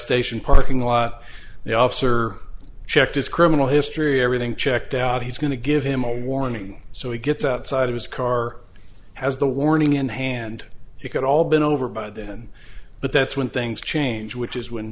station parking lot the officer checked his criminal history everything checked out he's going to give him a warning so he gets outside of his car has the warning in hand it had all been over by then but that's when things change which is when